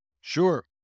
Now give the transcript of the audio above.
sure